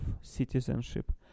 citizenship